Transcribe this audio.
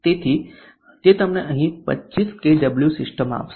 તેથી તે તમને અહીં 25 કેડબલ્યુ સિસ્ટમ આપશે